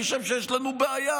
אני חושב שיש לנו בעיה.